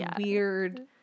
weird